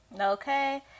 Okay